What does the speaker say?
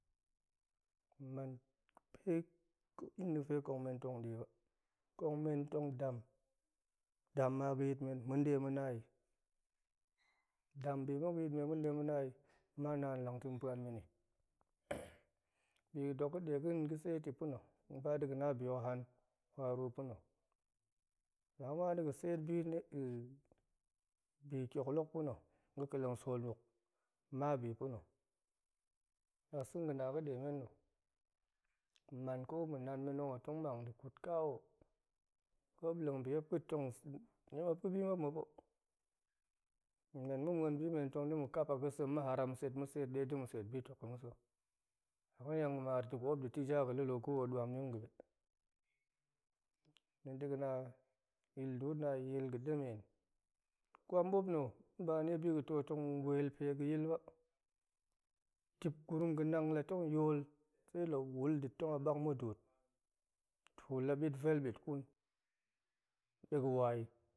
Man ga̱pe in dega̱fe kong men tong deba kong men tong dam, dam ma ga̱yit men ma̱ de ma̱ nai dam bi muk ga̱yit men ma̱ de ma̱nai ama naan lang to pa̱n meni biga̱ dok dega̱ seti pa̱na̱ tong ga̱ba dega̱ na bi hok haan waru pa̱na̱, la ga̱ muan dega̱ seet bi bi kioklok pa̱na̱ ga̱ ƙa̱leng sool muk, mabi pa̱na̱ dasa̱ ga̱na̱ pa̱demen na̱ ma̱man ko ma̱nan men ma̱p tong mang dekut kaa hok, ko ma̱p leng bi ma̱p tong sa̱ ma̱p ga̱bi ma̱ppa̱ men ma̱ muan bimen tong ma̱ kap a ga̱sem haram set de dema̱ seet bitok ma̱ sa̱ la ga̱niang ga̱ mar tikop de tiji duam dem a ga̱be niti ga̱na yil duut na̱ a yil ga̱ demen kwam ɓop na̱ nba wai biga̱ to tong wel pe ga̱yil ba dip gurum ga̱nang la tong yol, se la wul detong a bak muduut, tu la bit vel bit kun de ga̱ waai,